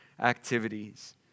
activities